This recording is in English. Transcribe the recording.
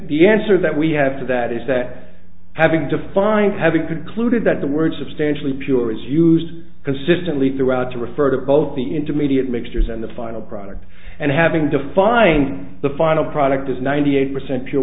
the answer that we have to that is that having to find have a good clue that the word substantially pure is used consistently throughout to refer to both the intermediate mixtures and the final product and having defining the final product as ninety eight percent pure